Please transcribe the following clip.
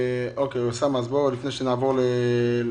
אוקיי, חבר הכנסת אוסאמה, לפני שנעבור לאוצר.